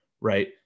Right